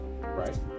right